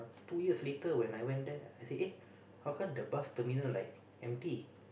two years later when I went there I say eh how come the bus terminal like empty